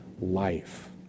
life